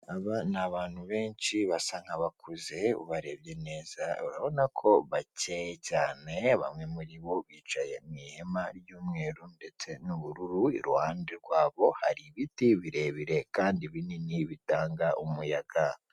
Aba ni abantu benshi basa nkabakuze, ubarebye neza urabona ko bakeye cyane, bamwe muri bo bicaye mu ihema ry'umweru ndetse n'ubururu, iruhande rwabo hari ibiti birebire kandi binini bitanga umuyaga.